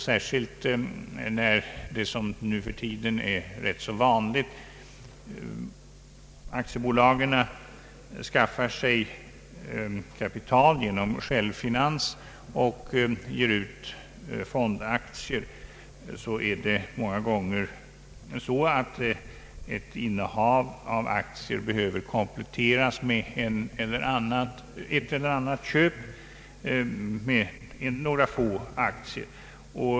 Särskilt när — vilket nu för tiden är rätt vanligt — aktiebolagen skaffar sig kapital genom självfinansiering och ger ut fondaktier, behöver många gånger innehav av aktier kompletteras med ett eller annat köp av några få aktier.